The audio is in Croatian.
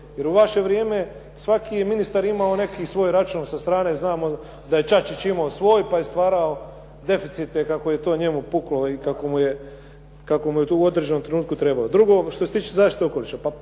jer u vaše vrijeme svaki je ministar imao neki svoj račun sa strane, znamo da je Čačić imao svoj pa je on stvarao deficite kako je to njemu puklo i kako mu je to u određenom trenutku trebalo. Drugo, što se tiče zaštite okoliša. Pa